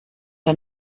der